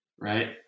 Right